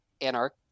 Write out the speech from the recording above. anarch